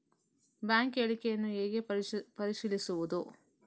Bank ಹೇಳಿಕೆಯನ್ನು ಹೇಗೆ ಪರಿಶೀಲಿಸುವುದು?